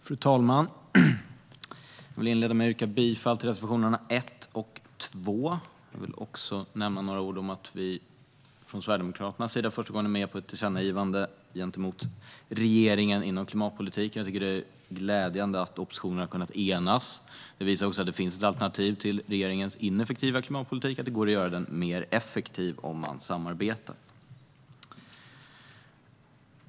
Fru talman! Jag vill inleda med att yrka bifall till reservationerna 1 och 2. Jag vill också säga några ord om att vi från Sverigedemokraternas sida för första gången är med på ett tillkännagivande gentemot regeringen inom klimatpolitiken. Jag tycker att det är glädjande att oppositionen har kunnat enas. Det visar också att det finns ett alternativ till regeringens ineffektiva klimatpolitik och att det går att göra denna mer effektiv om man samarbetar.